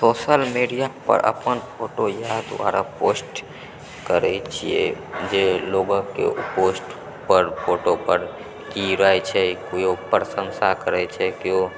social media पर अपन photo इएह दुआरे पोस्ट करै छियै जे लोककेँ ओहि पोस्ट पर फोटो पर की राय छै केओ प्रशंसा करै छै केओ